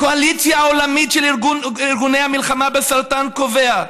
הקואליציה העולמית של ארגוני המלחמה בסרטן קובעת,